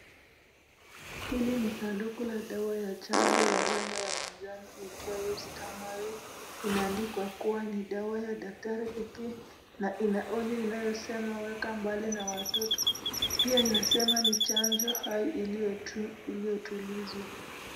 Hili ni saduku la dawa ya chanjo ya homa ya majano iitwayo(cs) starmry (cs) imeandikwa kuwa ni dawa ya daktari pekee na ina onyo inayosema ,weka mbali na watoto pia inasema ni chanjo hai iliyotulizwa.